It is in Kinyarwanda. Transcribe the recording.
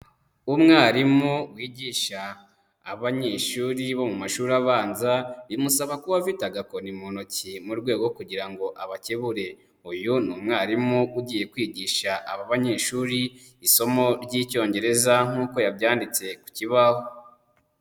Umwarimu wigisha abanyeshuri bo mu mashuri abanza, bimusaba kuba afite agakoni mu ntoki, mu rwego rwo kugira ngo abakebure; uyu ni umwarimu ugiye kwigisha aba banyeshuri isomo ry'Icyongereza nk'uko yabyanditse ku kibaho.